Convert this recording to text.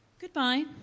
Goodbye